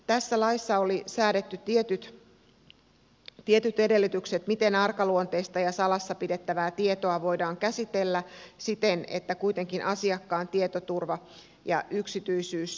tässä laissa oli säädetty tietyt edellytykset miten arkaluonteista ja salassa pidettävää tietoa voidaan käsitellä siten että kuitenkin asiakkaan tietoturva ja yksityisyys säilyvät